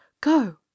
go